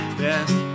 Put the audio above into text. best